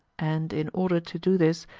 and in order to do this,